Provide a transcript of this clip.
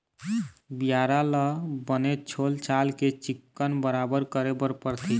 बियारा ल बने छोल छाल के चिक्कन बराबर करे बर परथे